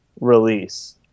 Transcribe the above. release